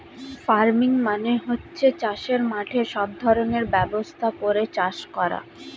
farming মানে হচ্ছে চাষের মাঠে সব ধরনের ব্যবস্থা করে চাষ করা